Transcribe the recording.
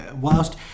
Whilst